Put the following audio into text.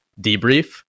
debrief